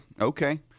okay